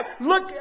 Look